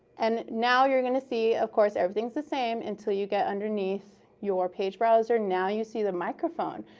and now, you're going to see. of course, everything's the same until you get underneath your page browser. now you see the microphone.